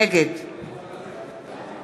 נגד